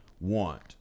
want